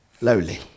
lowly